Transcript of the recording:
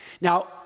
Now